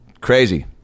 crazy